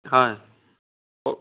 হয় ও